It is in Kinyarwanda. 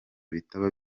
bitaba